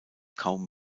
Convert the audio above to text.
kaum